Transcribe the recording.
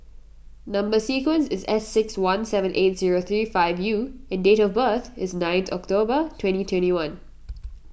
Number Sequence is S six one seven eight zero three five U and date of birth is ninth October twenty twenty one